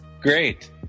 Great